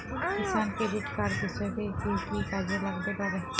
কিষান credit card কৃষকের কি কি কাজে লাগতে পারে?